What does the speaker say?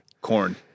Corn